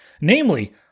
Namely